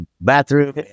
bathroom